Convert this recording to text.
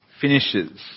finishes